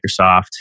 Microsoft